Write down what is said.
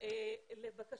שלומית,